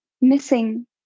missing